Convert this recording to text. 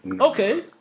Okay